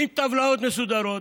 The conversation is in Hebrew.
עם טבלאות מסודרות,